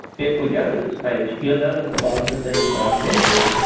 if we go to this page, you'll notice a lot of the things i've mentioned,